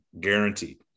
guaranteed